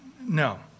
no